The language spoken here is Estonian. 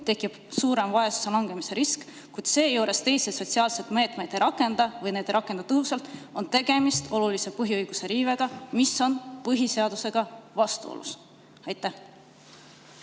tekib suurem vaesusse langemise risk, kuid seejuures teisi sotsiaalseid meetmeid ei rakenda või ei rakenda neid tõhusalt, on tegemist olulise põhiõiguse riivega, mis on põhiseadusega vastuolus. Aitäh!